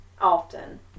often